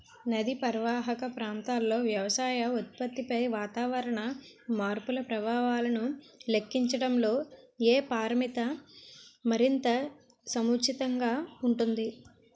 నదీ పరీవాహక ప్రాంతంలో వ్యవసాయ ఉత్పత్తిపై వాతావరణ మార్పుల ప్రభావాలను లెక్కించడంలో ఏ పరామితి మరింత సముచితంగా ఉంటుంది?